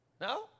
No